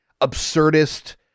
absurdist